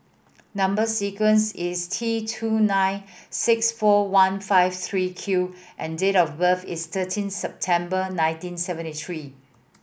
number sequence is T two nine six four one five three Q and date of birth is thirteen September nineteen seventy three